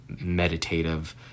meditative